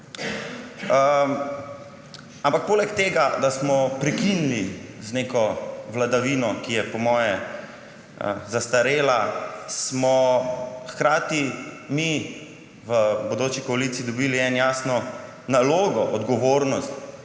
Poleg tega, da smo prekinili z neko vladavino, ki je po mojem zastarela, smo mi v bodoči koaliciji hkrati dobili eno jasno nalogo, odgovornost